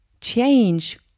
change